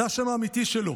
זה השם האמיתי שלו,